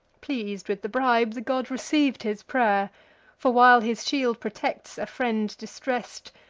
pleas'd with the bribe, the god receiv'd his pray'r for, while his shield protects a friend distress'd,